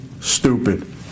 stupid